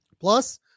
Plus